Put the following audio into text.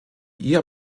ihr